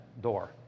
door